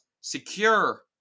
secure